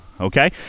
Okay